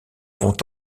vont